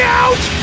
out